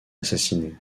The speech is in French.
assassiné